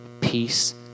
peace